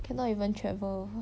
cannot even travel